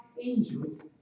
angels